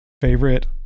favorite